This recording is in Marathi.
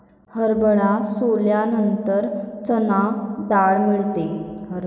हरभरा सोलल्यानंतर चणा डाळ मिळते